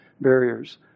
barriers